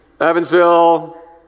Evansville